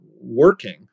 working